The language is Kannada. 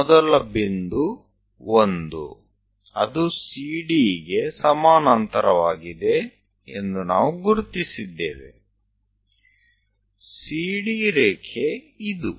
ಮೊದಲ ಬಿಂದು 1 ಅದು CDಗೆ ಸಮಾನಾಂತರವಾಗಿದೆ ಎಂದು ನಾವು ಗುರುತಿಸಿದ್ದೇವೆ CD ರೇಖೆ ಇದು